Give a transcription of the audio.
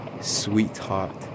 Sweetheart